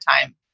time